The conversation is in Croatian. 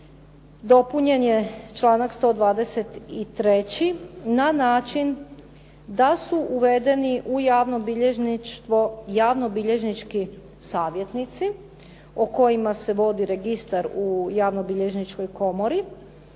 dopunjen je članak 123. na način da su uvedeni u javno bilježništvo javnobilježnički savjetnici o kojima se vodi registar u Javnobilježničkoj komori